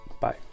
bye